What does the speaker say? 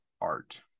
art